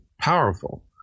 powerful